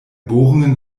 bohrungen